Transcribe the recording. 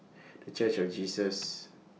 The Church of Jesus